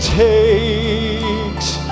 takes